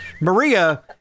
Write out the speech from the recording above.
Maria